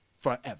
Forever